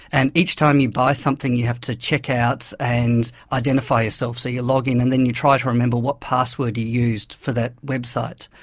and each time you buy something you have to check out and identify yourself, so you log in and then you try to remember what password you used for that website.